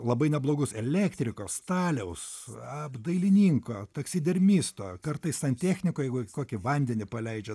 labai neblogus elektriko staliaus apdailininko taksidermisto kartais santechniko jeigu kokį vandenį paleidžia